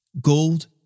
gold